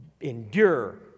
endure